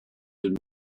been